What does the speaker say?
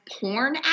porn